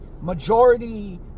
majority